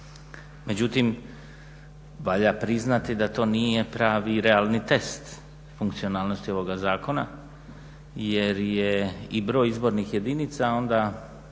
Međutim, valja priznati da to nije pravi i realni test funkcionalnosti ovoga zakona jer je i broj izbornih jedinica, onda